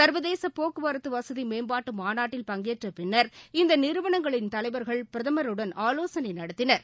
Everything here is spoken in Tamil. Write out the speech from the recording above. சர்வதேசபோக்குவரத்துவசதிமேம்பாட்டுமாநாட்டில் பங்கேற்றபின்னர் இந்தநிறுவனங்களின் தலைவர்கள் பிரதமருடன் ஆலோசனைநடத்தினர்